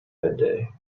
midday